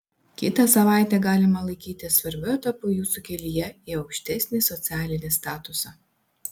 kitą savaitę galima laikyti svarbiu etapu jūsų kelyje į aukštesnį socialinį statusą